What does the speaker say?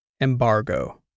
Embargo